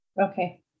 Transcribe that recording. Okay